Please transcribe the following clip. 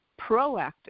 proactive